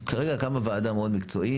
כרגע קמה וועדה מאוד מקצועית,